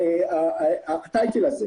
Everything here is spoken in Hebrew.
תחת הטייטל הזה.